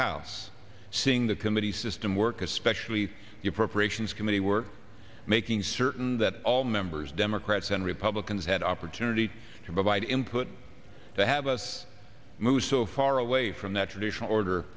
house seeing the committee system work especially your preparations committee work making certain that all members democrats and republicans had opportunity to provide input to have us move so far away from that tradition order